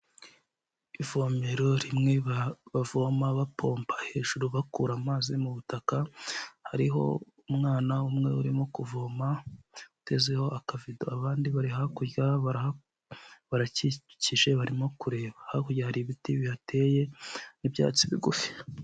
Ivomero rimwe bavoma bapomba hejuru bakura amazi mu butaka, hariho umwana umwe urimo kuvoma utezeho akavido. Abandi bari hakurya bararakikije, barimo kureba. Hakurya hari ibiti biteye n'ibyatsi bigufi.